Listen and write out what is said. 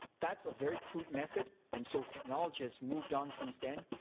that's a very crude method. and so, technology has moved on since then,